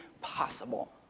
possible